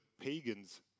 pagans